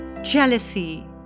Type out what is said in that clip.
Jealousy